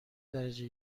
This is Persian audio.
درجه